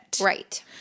Right